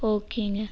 ஓகேங்க